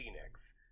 Phoenix